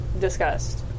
discussed